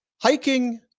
hiking